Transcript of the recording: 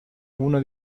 uno